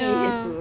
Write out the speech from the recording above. ya